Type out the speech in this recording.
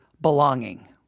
belonging